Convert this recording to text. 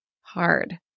hard